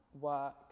work